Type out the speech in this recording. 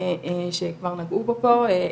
שכבר נגעו בו פה,